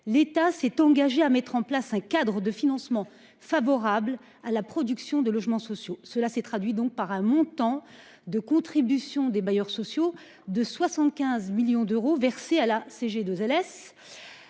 l’État s’est engagé à mettre en place un cadre de financement favorable à la production de logements sociaux. Cela s’est traduit par un montant de contribution des bailleurs sociaux à la CGLLS de 75 millions d’euros. Pour rappel,